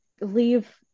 leave